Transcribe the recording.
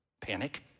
Panic